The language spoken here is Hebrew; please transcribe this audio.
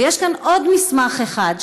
ויש כאן עוד מסמך אחד.